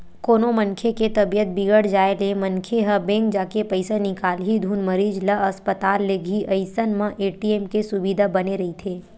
कोनो मनखे के तबीयत बिगड़ जाय ले मनखे ह बेंक जाके पइसा निकालही धुन मरीज ल अस्पताल लेगही अइसन म ए.टी.एम के सुबिधा बने रहिथे